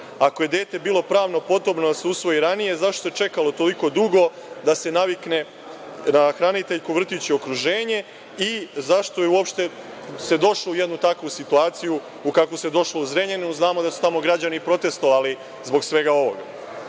Ako je dete bilo pravno podobno da se usvoji i ranije zašto se čekalo toliko dugo da se navikne na hraniteljku, vrtić i okruženje i zašto se uopšte došlo u jednu takvu situaciju u kakvu se došlo u Zrenjaninu? Znamo da su tamo građani protestvovali zbog svega